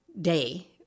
Day